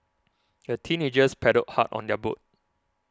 the teenagers paddled hard on their boat